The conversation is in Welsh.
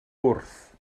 wrth